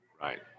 Right